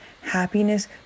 happiness